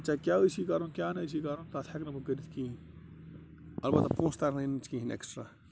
اَد ژےٚ کیٛاہ ٲسی کَرُن کیٛاہ نہٕ ٲسی کَرُن تَتھ ہیٚکہٕ نہٕ بہٕ کٔرِتھ کِہیٖنٛۍ البتہ پونٛسہٕ تَرنٕے نہٕ ژےٚ کینٛہہ ایٚکٕسٹرا